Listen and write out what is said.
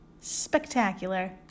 spectacular